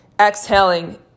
exhaling